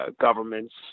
governments